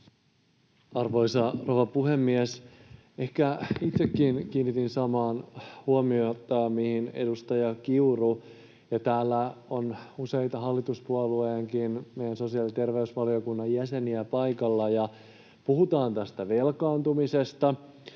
Arvoisa rouva puhemies! Ehkä itsekin kiinnitin samaan huomiota kuin edustaja Kiuru, ja täällä on useita meidän sosiaali- ja terveysvaliokunnan hallituspuolueenkin jäseniä paikalla. Kun puhutaan tästä velkaantumisesta,